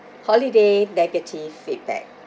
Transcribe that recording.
holiday negative feedback